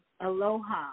Aloha